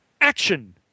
action